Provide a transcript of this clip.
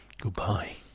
Goodbye